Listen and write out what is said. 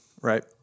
Right